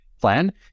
plan